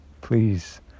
please